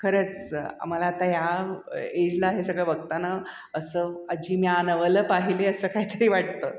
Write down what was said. खरंच आम्हाला आता या एजला हे सगळं बघताना असं अजिम्या नवल पाहिले असं काहीतरी वाटतं